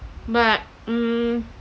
but mm